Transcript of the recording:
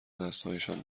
دستهایشان